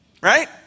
right